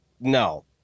No